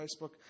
Facebook